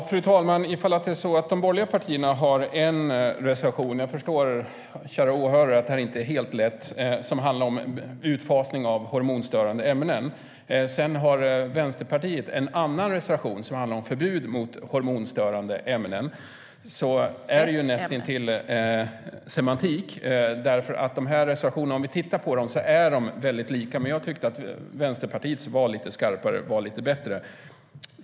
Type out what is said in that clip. Fru talman! De borgerliga partierna har en reservation - jag förstår, kärare åhörare, att detta inte är helt lätt - som handlar om en utfasning av hormonstörande ämnen. Sedan har Vänsterpartiet en annan reservation som handlar om förbud mot hormonstörande ämnen. Det är ju näst intill semantik, för om man läser reservationerna ser man att de är väldigt lika. Men jag tycker att Vänsterpartiets reservation var lite skarpare och bättre.